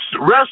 rest